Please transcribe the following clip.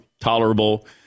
tolerable